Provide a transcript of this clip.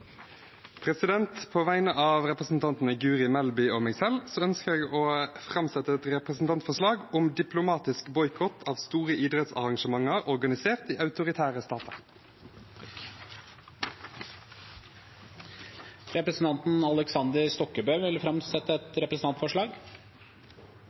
På vegne av representanten Guri Melby og meg selv ønsker jeg å framsette et representantforslag om diplomatisk boikott av store idrettsarrangementer organisert i autoritære stater. Representanten Aleksander Stokkebø vil framsette et